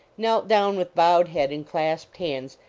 knelt down with bowed head and clasped hands,